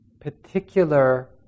particular